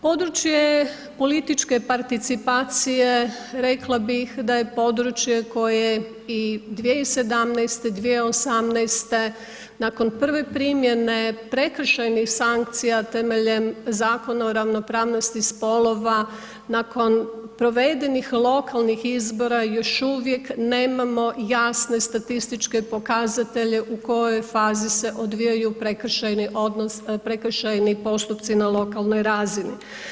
Područje političke participacije rekla bih da je područje koje i 2017., 2018. nakon prve primjene prekršajnih sankcija temeljem Zakona o ravnopravnosti spolova nakon provedenih lokalnih izbora, još uvijek nemamo jasne statističke pokazatelje u kojoj fazi se odvijaju prekršajni postupci na lokalnoj razini.